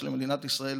יש למדינת ישראל